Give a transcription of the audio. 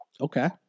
Okay